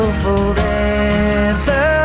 forever